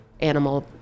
animal